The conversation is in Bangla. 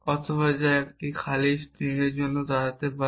অথবা যা একটি খালি স্ট্রিং জন্য দাঁড়াতে পারে